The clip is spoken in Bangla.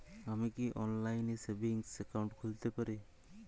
আমি কি অনলাইন এ সেভিংস অ্যাকাউন্ট খুলতে পারি?